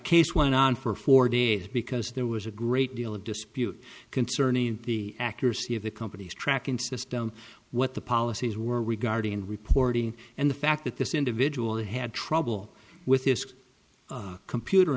case went on for four days because there was a great deal of dispute concerning the accuracy of the company's tracking system what the policies were regarding reporting and the fact that this individual had trouble with this computer